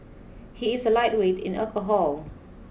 he is a lightweight in alcohol